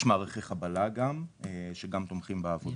יש גם מערכי חבלה שתומכים בעבודות.